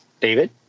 David